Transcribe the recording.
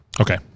Okay